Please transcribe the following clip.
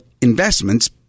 investments